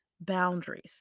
boundaries